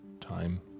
Time